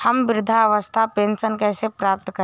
हम वृद्धावस्था पेंशन कैसे प्राप्त कर सकते हैं?